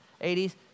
80s